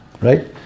Right